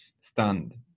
stand